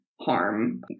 harm